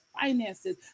finances